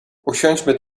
usiądźmy